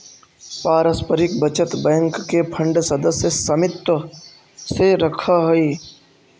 पारस्परिक बचत बैंक के फंड सदस्य समित्व से रखऽ हइ